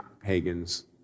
pagans